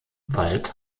wald